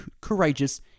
courageous